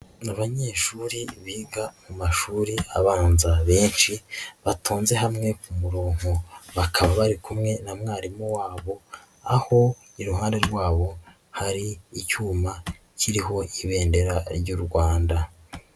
Abanyeshuri biga mu mashuri abanza benshi batonnze hamwe ku muronko bakaba bari kumwe na mwarimu wabo aho iruhande rwabo hari icyuma kiriho ibendera ry'u Rwanda.